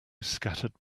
scattered